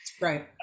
Right